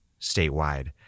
statewide